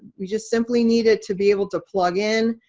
we just simply needed to be able to plug in,